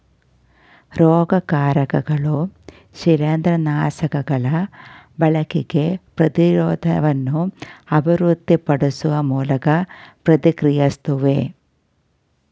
ರೋಗಕಾರಕಗಳು ಶಿಲೀಂದ್ರನಾಶಕಗಳ ಬಳಕೆಗೆ ಪ್ರತಿರೋಧವನ್ನು ಅಭಿವೃದ್ಧಿಪಡಿಸುವ ಮೂಲಕ ಪ್ರತಿಕ್ರಿಯಿಸ್ತವೆ